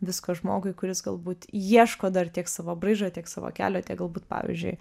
visko žmogui kuris galbūt ieško dar tiek savo braižo tiek savo kelio tiek galbūt pavyzdžiui